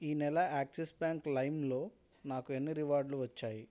ఈ నెల Axis bank లైమ్లో నాకు ఎన్ని రివార్డ్లు వచ్చాయి